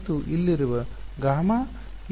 ಮತ್ತು ಇಲ್ಲಿರುವ ಗಾಮಾ ಈ ಹ್ಯಾಶ್ ಪ್ರದೇಶವನ್ನು ಹೊರಗಿಡುತ್ತದೆ